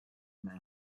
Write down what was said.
men